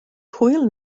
hwyl